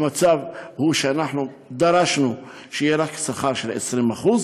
המצב הוא שאנחנו דרשנו שיהיה שכר של 20% בלבד.